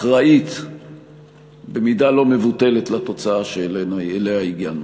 אחראית במידה לא מבוטלת לתוצאה שאליה הגענו.